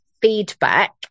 feedback